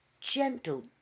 gentle